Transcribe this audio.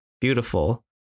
beautiful